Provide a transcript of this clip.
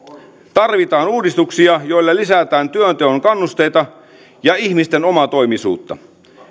tarvitaan uudistuksia joilla lisätään työnteon kannusteita ja ihmisten omatoimisuutta